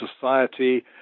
society